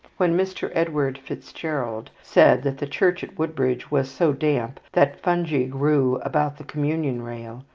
when mr. edward fitzgerald said that the church at woodbridge was so damp that fungi grew about the communion rail,